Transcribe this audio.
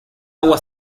agua